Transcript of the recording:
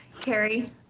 Carrie